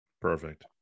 Perfect